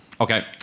okay